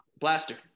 blaster